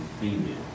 female